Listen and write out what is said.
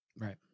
Right